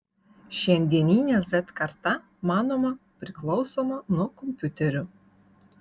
šiandieninė z karta manoma priklausoma nuo kompiuterių